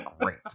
great